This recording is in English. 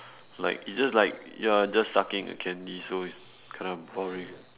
like it's just like you're just sucking a candy so it's kinda boring